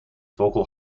vocal